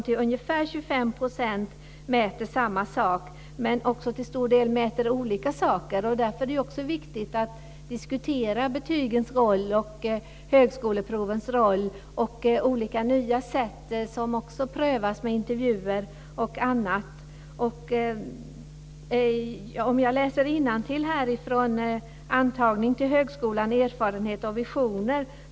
Till ungefär 25 % mäter de samma sak, men de mäter också till stor del olika saker. Därför är det viktigt att diskutera betygens och högskoleprovens roll. Man prövar ju också nya sätt, såsom intervjuer. Jag läser innantill ur Antagning till högskola, erfarenhet och visioner.